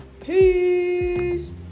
peace